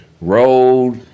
Road